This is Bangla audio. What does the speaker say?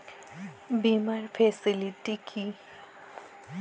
বীমার ফেসিলিটি কি?